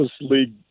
League